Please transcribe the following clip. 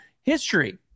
history